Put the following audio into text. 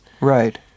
Right